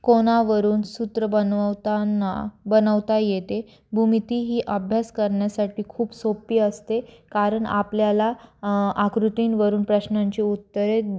कोनावरून सूत्र बनवताना बनवता येते भूमिती ही अभ्यास करण्यासाठी खूप सोप्पी असते कारण आपल्याला आकृतींवरून प्रश्नांची उत्तरे